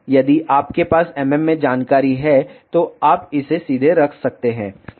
यदि आपके पास mm में जानकारी है तो आप इसे सीधे रख सकते हैं